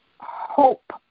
hope